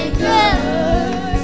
good